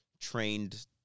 trained